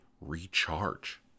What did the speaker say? recharge